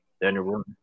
Daniel